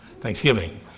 thanksgiving